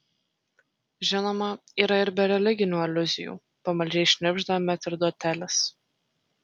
žinoma yra ir be religinių aliuzijų pamaldžiai šnibžda metrdotelis